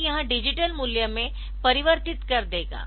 तो यह डिजिटल मूल्य में परिवर्तित कर देगा